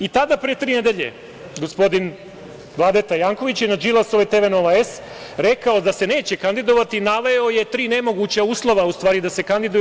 I tada, pre tri nedelje, gospodin Vladeta Janković je na Đilasovoj TV „Nova S“, rekao je da se neće kandidovati i naveo je tri nemoguća uslova, u stvari da se kandiduje.